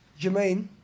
Jermaine